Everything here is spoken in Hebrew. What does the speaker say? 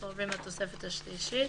אנחנו עוברים לתוספת השלישית.